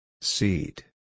Seat